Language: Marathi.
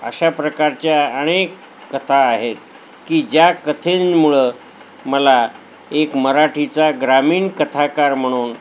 अशा प्रकारच्या अनेक कथा आहेत की ज्या कथेंमुळं मला एक मराठीचा ग्रामीण कथाकार म्हणून